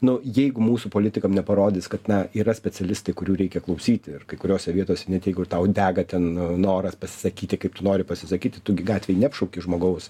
nu jeigu mūsų politikam neparodys kad na yra specialistai kurių reikia klausyti ir kai kuriose vietose net jeigu tau dega ten noras pasisakyti kaip tu nori pasisakyti tu gi gatvėj neapšauki žmogaus